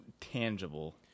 tangible